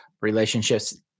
relationships